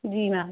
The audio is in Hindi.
जी मैम